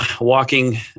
walking